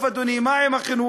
טוב, אדוני, מה עם החינוך?